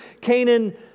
Canaan